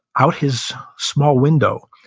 out his small window,